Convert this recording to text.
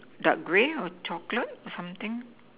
dark grey or chocolate or something